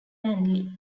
manly